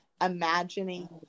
imagining